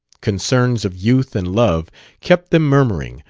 concerns of youth and love kept them murmuring,